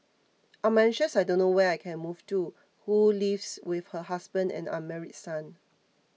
I'm anxious I don't know where I can move to who lives with her husband and unmarried son